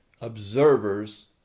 observers